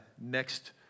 next